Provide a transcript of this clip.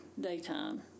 daytime